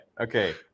Okay